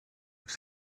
have